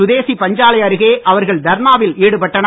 சுதேசிப் பஞ்சாலை அருகே அவர்கள் தர்ணாவில் ஈடுபட்டனர்